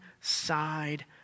side